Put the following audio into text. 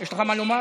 יש לך מה לומר?